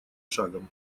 шагом